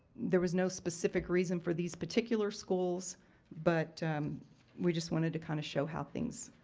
there was no specific reason for these particular schools but we just wanted to kind of show how things